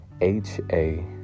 H-A